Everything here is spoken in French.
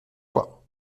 fois